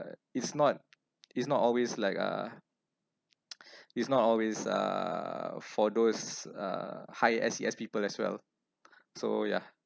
but it's not it's not always like uh it's not always uh for those uh high S_E_S people as well so ya